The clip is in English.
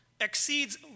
exceeds